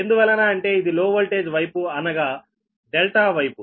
ఎందువలన అంటే ఇది లో వోల్టేజ్ వైపు అనగా ∆ వైపు